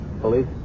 police